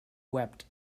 wept